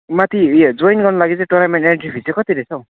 माथि उयो जोइन गर्नुको लागि टुर्नामेन्ट एन्ट्री फी चाहिँ कति रहेछ हौ